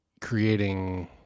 creating